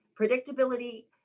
Predictability